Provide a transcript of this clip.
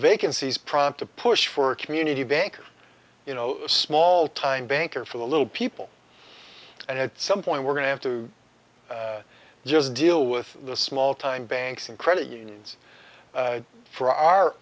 vacancies prompt to push for community bank you know small time banker for the little people and at some point we're going to have to just deal with the small time banks and credit unions for our